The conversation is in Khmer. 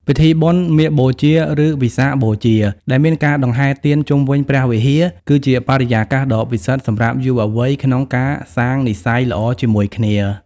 ពិធីបុណ្យ "មាឃបូជា" ឬ "វិសាខបូជា" ដែលមានការដង្ហែទៀនជុំវិញព្រះវិហារ គឺជាបរិយាកាសដ៏ពិសិដ្ឋសម្រាប់យុវវ័យក្នុងការសាងនិស្ស័យល្អជាមួយគ្នា។